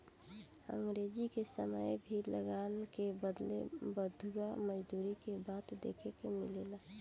अंग्रेज के समय में भी लगान के बदले बंधुआ मजदूरी के बात देखे के मिलेला